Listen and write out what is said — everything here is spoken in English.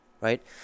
Right